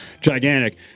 gigantic